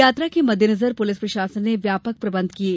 यात्रा के मद्देनजर पुलिस प्रशासन व्यापक प्रबंध किये